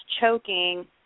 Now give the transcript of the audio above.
choking